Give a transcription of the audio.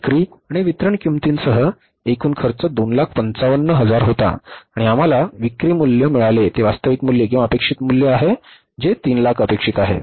विक्री आणि वितरण किंमतीसह एकूण खर्च 255000 होता आणि आम्हाला विक्री मूल्य मिळाले ते वास्तविक मूल्य किंवा अपेक्षित मूल्य आहे जे 300000 अपेक्षित आहे